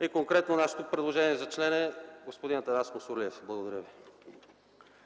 и конкретно нашето предложение за член е господин Атанас Мусорлиев. Благодаря ви.